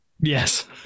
Yes